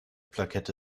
plakette